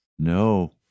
No